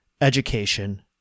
education